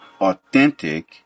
authentic